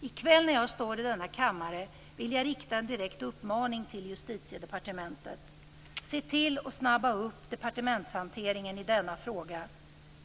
I kväll när jag står i denna kammare vill jag rikta en direkt uppmaning till Justitiedepartementet: Se till att snabba upp departementshanteringen i denna fråga.